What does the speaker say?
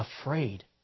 afraid